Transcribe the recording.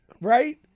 right